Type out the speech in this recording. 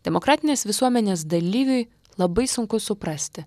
demokratinės visuomenės dalyviui labai sunku suprasti